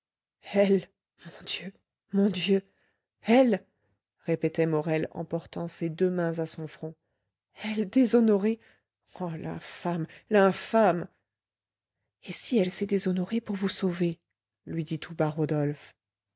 mon dieu mon dieu elle répétait morel en portant ses deux mains à son front elle déshonorée oh l'infâme l'infâme et si elle s'est déshonorée pour vous sauver lui dit tout bas